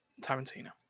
Tarantino